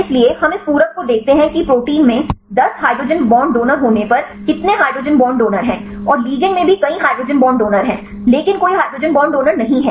इसलिए हम इस पूरक को देखते हैं कि प्रोटीन में 10 हाइड्रोजन बॉन्ड डोनर होने पर कितने हाइड्रोजन बॉन्ड डोनर हैं और लिगैंड में भी कई हाइड्रोजन बॉन्ड डोनर हैं लेकिन कोई हाइड्रोजन बॉन्ड डोनर नहीं है